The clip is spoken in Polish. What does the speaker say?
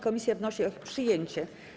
Komisja wnosi o ich przyjęcie.